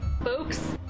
Folks